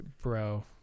Bro